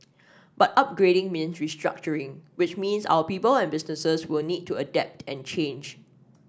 but upgrading means restructuring which means our people and businesses will need to adapt and change